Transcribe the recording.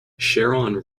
sharon